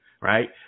Right